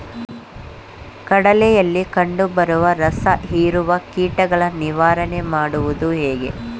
ಕಡಲೆಯಲ್ಲಿ ಕಂಡುಬರುವ ರಸಹೀರುವ ಕೀಟಗಳ ನಿವಾರಣೆ ಮಾಡುವುದು ಹೇಗೆ?